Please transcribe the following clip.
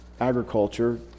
agriculture